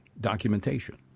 documentation